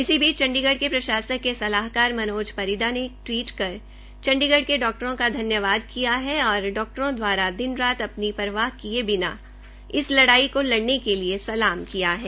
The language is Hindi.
इसी बीच चण्डीगढ के प्रशासन के सलाहकार मनोज परीदा ने ट्वीट कर चण्डीगढ के डॉक्टरों का धन्यवाद किया है और डॉक्टरों द्वारा दिन रात अपनी परवाह किए बिना इस लड़ाई को लड़ने के लिए सलाम किया है